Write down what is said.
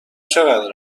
چقدر